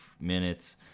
minutes